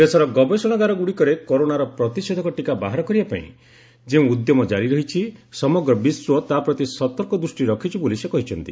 ଦେଶର ଗବେଷଣାଗାରଗୁଡ଼ିକରେ କରୋନାର ପ୍ରତିଷେଧକ ଟୀକା ବାହାର କରିବା ପାଇଁ ଯେଉଁ ଉଦ୍ୟମ ଜାରି ରହିଛି ସମଗ୍ର ବିଶ୍ୱ ତା' ପ୍ରତି ସତର୍କ ଦୃଷ୍ଟି ରଖିଛି ବୋଲି ସେ କହିଛନ୍ତି